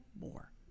more